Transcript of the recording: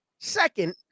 Second